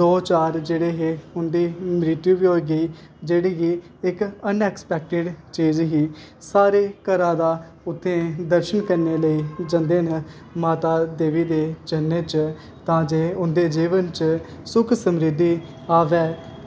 दौ चार जेह्ड़े हे उंदी मृत्यु बी होई गेई जेह्ड़ी एह् इक्क अनअसपैक्टेड चीज़ ही सारे घरा दा उत्थें दर्शन करने गी जंदे न माता देवी दे चरणें च तां जे उंदे जीवन च सुख समृद्धि आवै